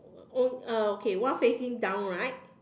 uh okay one facing down right